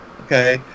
Okay